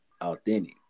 authentic